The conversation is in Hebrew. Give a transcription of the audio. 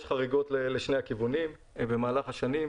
יש חריגות לשני הכיוונים במהלך השנים.